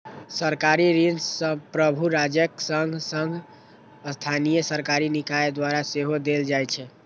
सरकारी ऋण संप्रभु राज्यक संग संग स्थानीय सरकारी निकाय द्वारा सेहो देल जाइ छै